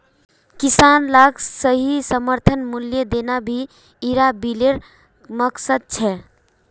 किसान लाक सही समर्थन मूल्य देना भी इरा बिलेर मकसद छे